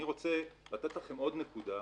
אני רוצה לתת לכם עוד נקודה,